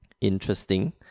interesting